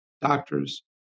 doctors